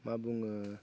मा बुङो